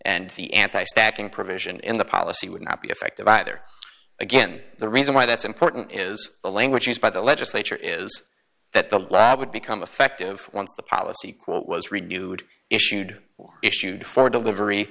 and the anti stacking provision in the policy would not be effective either again the reason why that's important is the language used by the legislature is that the law would become effective once the policy quote was renewed issued issued for delivery